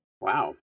Wow